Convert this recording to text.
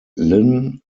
lynn